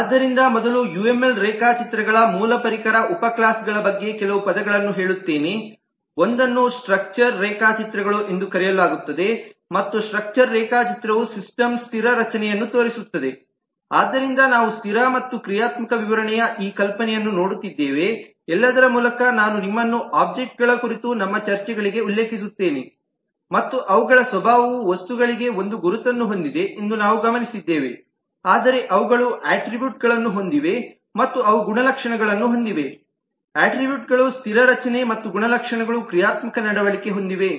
ಆದ್ದರಿಂದ ಮೊದಲು ಯುಎಂಎಲ್ ರೇಖಾಚಿತ್ರಗಳ ಮೂಲ ಪರಿಕರ ಉಪ ಕ್ಲಾಸ್ ಗಳ ಬಗ್ಗೆ ಕೆಲವು ಪದಗಳನ್ನು ಹೇಳುತ್ತೇನೆಒಂದನ್ನು ಸ್ಟ್ರಕ್ಚರ್ ರೇಖಾಚಿತ್ರಗಳು ಎಂದು ಕರೆಯಲಾಗುತ್ತದೆ ಮತ್ತು ಸ್ಟ್ರಕ್ಚರ್ ರೇಖಾಚಿತ್ರವು ಸಿಸ್ಟಮ್ ಸ್ಥಿರ ರಚನೆಯನ್ನು ತೋರಿಸುತ್ತದೆ ಆದ್ದರಿಂದ ನಾವು ಸ್ಥಿರ ಮತ್ತು ಕ್ರಿಯಾತ್ಮಕ ವಿವರಣೆಯ ಈ ಕಲ್ಪನೆಯನ್ನು ನೋಡುತ್ತಿದ್ದೇವೆ ಎಲ್ಲದರ ಮೂಲಕ ನಾನು ನಿಮ್ಮನ್ನು ಒಬ್ಜೆಕ್ಟ್ಗಳ ಕುರಿತು ನಮ್ಮ ಚರ್ಚೆಗಳಿಗೆ ಉಲ್ಲೇಖಿಸುತ್ತೇನೆ ಮತ್ತು ಅವುಗಳ ಸ್ವಭಾವವು ವಸ್ತುಗಳಿಗೆ ಒಂದು ಗುರುತನ್ನು ಹೊಂದಿದೆ ಎಂದು ನಾವು ಗಮನಿಸಿದ್ದೇವೆ ಆದರೆ ಅವುಗಳು ಅಟ್ರಿಬ್ಯೂಟ್ ಗಳನ್ನು ಹೊಂದಿವೆ ಮತ್ತು ಅವು ಗುಣಲಕ್ಷಣಗಳನ್ನು ಹೊಂದಿವೆ ಅಟ್ರಿಬ್ಯೂಟ್ಗಳು ಸ್ಥಿರ ರಚನೆ ಮತ್ತು ಗುಣಲಕ್ಷಣಗಳು ಕ್ರಿಯಾತ್ಮಕ ನಡವಳಿಕೆ ಹೊಂದಿವೆ